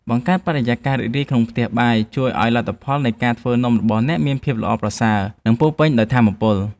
បង្កើតបរិយាកាសរីករាយនៅក្នុងផ្ទះបាយជួយឱ្យលទ្ធផលនៃការធ្វើនំរបស់អ្នកមានភាពល្អប្រសើរ និងពោរពេញដោយថាមពល។